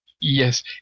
yes